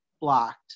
blocked